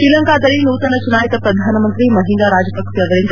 ಶ್ರೀಲಂಕಾದಲ್ಲಿ ನೂತನ ಚುನಾಯಿತ ಪ್ರಧಾನಮಂತ್ರಿ ಮಹಿಂದಾ ರಾಜಪಕ್ಷೆ ಅವರಿಂದ